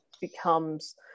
becomes